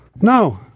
No